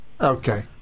Okay